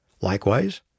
Likewise